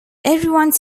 everyone